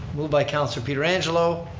moved by councilor pietrangelo,